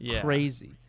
crazy